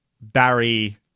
Barry